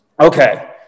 okay